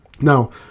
Now